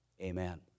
Amen